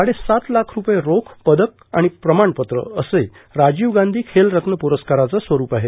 साडेसात लाख रुपये रोख पदक आणि प्रमाणपत्रं असं राजीव गांधी खेल रत्न प्रस्काराचे स्वरुप आहे